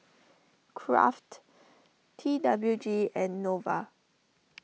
Kraft T W G and Nova